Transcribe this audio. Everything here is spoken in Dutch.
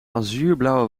azuurblauwe